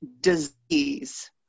Disease